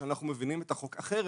שאנחנו מבינים את החוק אחרת.